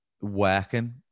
working